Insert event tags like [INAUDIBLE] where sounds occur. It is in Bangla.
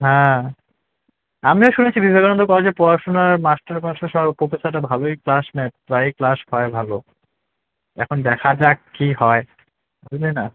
হ্যাঁ আমিও শুনেছি বিবেকানন্দ কলেজে পড়াশোনা মাস্টার ফাস্টার সব প্রোফেসাররা ভালোই ক্লাস নেয় প্রায়ই ক্লাস হয় ভালো এখন দেখা যাক কী হয় [UNINTELLIGIBLE]